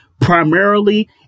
primarily